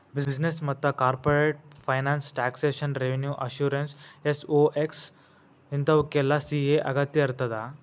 business ಮತ್ತ corporate finance taxation revenue assurance SOX ಇಂತಾವುಕ್ಕೆಲ್ಲಾ CA ಅಗತ್ಯಇರ್ತದ